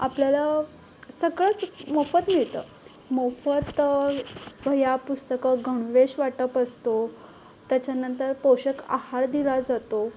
आपल्याला सगळंच मोफत मिळतं मोफत वह्या पुस्तकं गणवेश वाटप असतो त्याच्यानंतर पोषक आहार दिला जातो